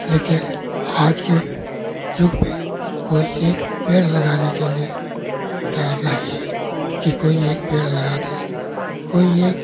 लेकिन आज के युग में कोई एक पेड़ लगाने के लिए तैयार नहीं है कि कोई एक पेड़ लगा दें कोई एक